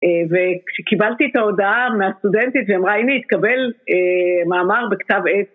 וכשקיבלתי את ההודעה מהסטודנטית והיא אמרה הנה נתקבל מאמר בכתב עת